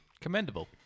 commendable